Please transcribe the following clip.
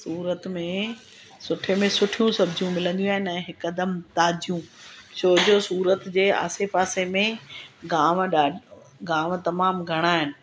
सूरत में सुठे में सुठो सब्जियूं मिलंदियूं आहिनि ऐं हिकदमि ताजियूं छोजो सूरत जे आसे पासे में गांव ॾाढो गांव तमाम घणा आहिनि